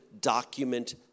document